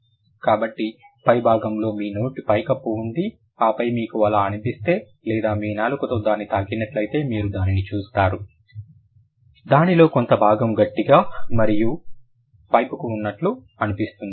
కాబట్టి పైభాగంలో మీ నోటి పైకప్పు ఉంది ఆపై మీకు అలా అనిపిస్తే లేదా మీ నాలుకతో దాన్ని తాకినట్లయితే మీరు దానిని చూస్తారు దానిలో కొంత భాగం గట్టిగా మరియు వైపుకు ఉన్నట్లు అనిపిస్తుంది